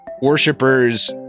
worshippers